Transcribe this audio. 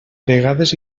vegades